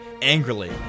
Angrily